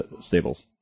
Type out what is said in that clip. stables